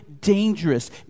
dangerous